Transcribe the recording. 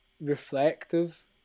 reflective